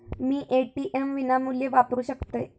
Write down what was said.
मी ATM विनामूल्य वापरू शकतय?